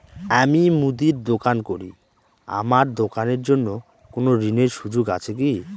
আমি মুদির দোকান করি আমার দোকানের জন্য কোন ঋণের সুযোগ আছে কি?